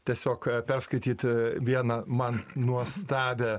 tiesiog perskaityt vieną man nuostabią